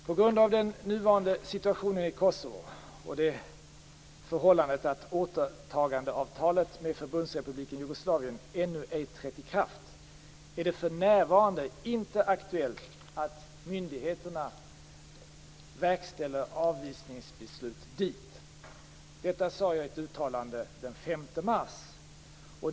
På grund av den nuvarande situationen i Kosovo och det förhållandet att återtagandeavtalet med Förbundsrepubliken Jugoslavien ännu ej trätt i kraft är det för närvarande inte aktuellt att myndigheterna verkställer avvisningsbeslut dit. Detta sade jag i ett uttalande den 5 mars.